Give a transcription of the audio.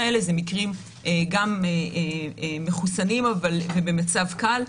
אלה מקרים של מחוסנים במצב קל,